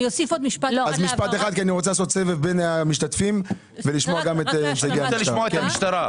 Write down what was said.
אני רוצה לשמוע את המשטרה.